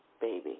baby